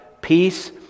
peace